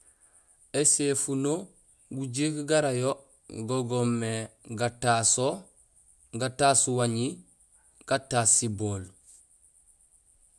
Ēséfuno gujéék gara yo go goomé gataso, gataas wañi, gataas sibool